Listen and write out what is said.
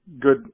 good